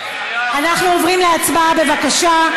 אנחנו עוברים להצבעה, בבקשה.